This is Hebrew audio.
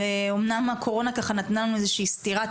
אמנם הקורונה נתנה לנו איזה שהיא סטירת